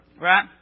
right